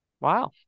Wow